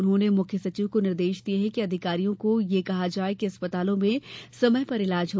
उन्होंने मुख्य सचिव को निर्देश दिये कि अधिकारियों को यह कहा जाये कि अस्पतालों में समय पर इलाज हो